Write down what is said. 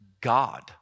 God